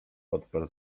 odparł